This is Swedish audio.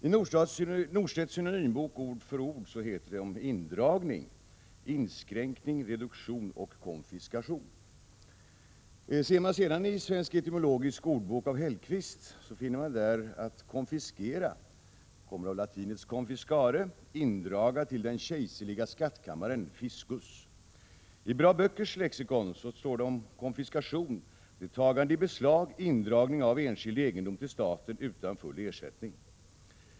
I Norstedts synonymbok Ord för ord heter det om indragning: inskränkning, reduktion, konfiskation. Ser man sedan i Svensk etymologisk ordbok av Hellquist, finner man där att konfiskera kommer av latinets confiscare — indraga till den kejserliga skattkammaren, fiscus. I Bra Böckers lexikon står det om konfiskation: tagande i beslag, indragning av enskild egendom till staten utan full ersättning.